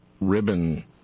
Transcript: ribbon